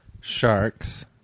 Sharks